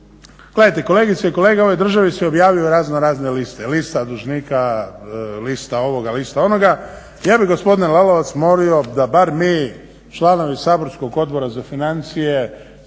kolegice i kolege u ovoj državi se objavljuju razno razne liste, lista dužnika, lista ovoga, lista onoga. Ja bih gospodine Lalovac molio da bar mi članovi saborskog Odbora za financije